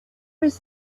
was